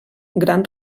gran